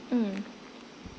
mm